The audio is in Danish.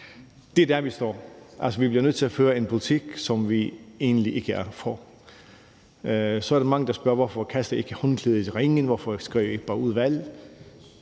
Det er der, vi står. Vi bliver nødt til at føre en politik, som vi egentlig ikke er for. Så er der mange, der spørger: Hvorfor kaster I ikke håndklædet i ringen? Hvorfor udskriver I ikke bare valg?